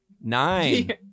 Nine